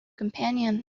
companion